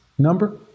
number